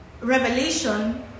revelation